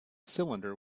cylinder